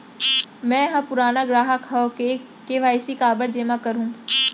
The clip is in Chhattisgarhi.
मैं ह पुराना ग्राहक हव त के.वाई.सी काबर जेमा करहुं?